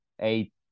eight